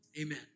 Amen